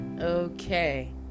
Okay